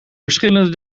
verschillende